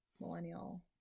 millennial